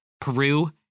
Peru